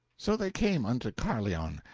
so they came unto carlion,